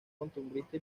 costumbrista